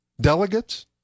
delegates